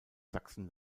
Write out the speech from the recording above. sachsen